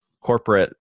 corporate